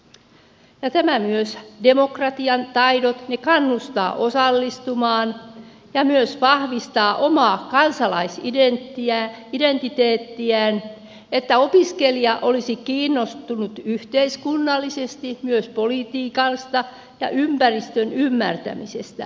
ja tämä myös että demokratian taidot ne kannustavat osallistumaan ja myös vahvistavat omaa kansalaisidentiteettiä niin että opiskelija olisi kiinnostunut yhteiskunnallisesti myös politiikasta ja ympäristön ymmärtämisestä